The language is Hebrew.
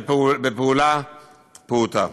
בפעולה פעוטה.